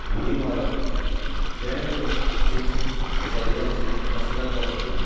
उडी मारप जेणे करून ताजी शरिराची कसरत जातली